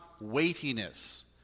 weightiness